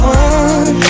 one